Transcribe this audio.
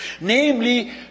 Namely